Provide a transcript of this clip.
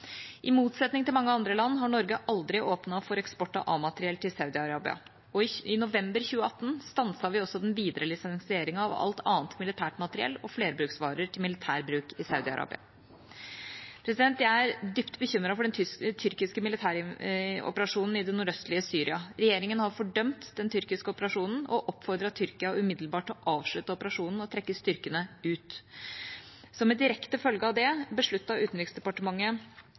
I motsetning til mange andre land har Norge aldri åpnet for eksport av A-materiell til Saudi-Arabia, og i november 2018 stanset vi også den videre lisensieringen av alt annet militært materiell og flerbruksvarer til militær bruk i Saudi-Arabia. Jeg er dypt bekymret for den tyrkiske militæroperasjonen i det nordøstlige Syria. Regjeringa har fordømt den tyrkiske operasjonen og oppfordret Tyrkia umiddelbart til å avslutte operasjonen og trekke styrkene ut. Som en direkte følge av det besluttet Utenriksdepartementet